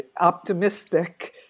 optimistic